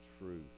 truth